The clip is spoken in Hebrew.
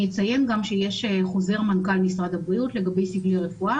אני אציין שיש חוזר מנכ"ל משרד הבריאות לגבי סגלי רפואה